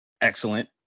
Excellent